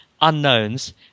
unknowns